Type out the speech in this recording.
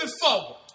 forward